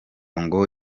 ngo